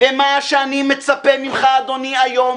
מה שאני מצפה ממך אדוני היום